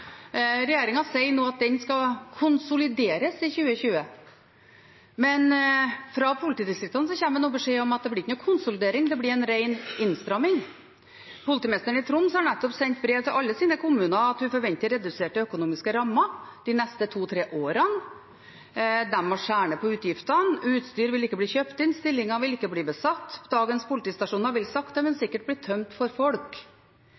sier nå at den skal konsolideres i 2020, men fra politidistriktene kommer det nå beskjed om at det ikke blir noen konsolidering, det blir en ren innstramming. Politimesteren i Troms har nettopp sendt brev til alle sine kommuner om at hun forventer reduserte økonomiske rammer de neste to–tre årene. De må skjære ned på utgiftene, utstyr vil ikke bli kjøpt inn, stillinger vil ikke bli besatt, dagens politistasjoner vil sakte, men sikkert bli tømt for folk.